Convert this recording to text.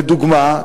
לדוגמה,